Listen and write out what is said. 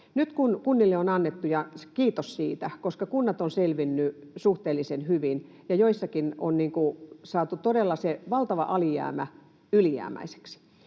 kun kunnille on annettu — kiitos siitä, koska kunnat ovat selvinneet suhteellisen hyvin ja joissakin on saatu todella se valtava alijäämä ylijäämäiseksi